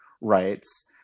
rights